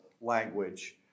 language